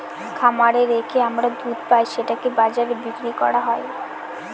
খামারে রেখে আমরা দুধ পাই সেটাকে বাজারে বিক্রি করা হয়